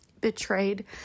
betrayed